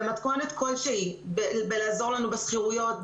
במתכונת כלשהי בלעזור לנו בשכירויות,